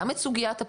גם את סוגיית הפינוי,